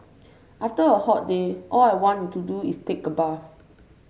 after a hot day all I want to do is take a bath